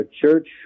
church